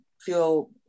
feel